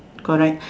correct